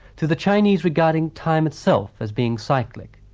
to the chinese regarding time itself as being cyclic.